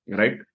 right